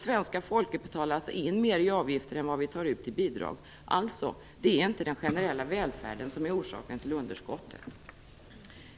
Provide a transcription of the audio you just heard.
Svenska folket betalar in mer i avgifter än vad vi tar ut i bidrag. Alltså: Det är inte den generella välfärden som är orsaken till underskottet.